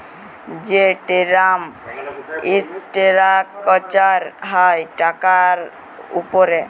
যে term structure হ্যয় টাকার উপরে